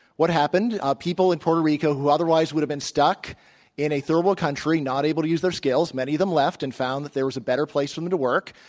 what happened? people in puerto rico, who otherwise would have been stuck in a third world country, not able to use their skills, many of them left and found that there was a better place for them to work.